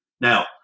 Now